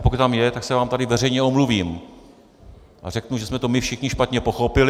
Pokud to tam je, tak se vám tady veřejně omluvím a řeknu, že jsme to my všichni špatně pochopili.